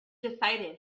decided